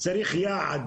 צריך יעד,